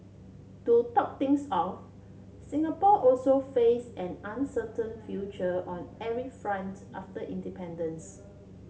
to top things off Singapore also face an uncertain future on every front after independence